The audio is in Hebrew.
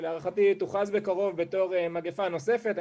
שלהערכתי תוכרז בקרוב בתור מגיפה נוספת.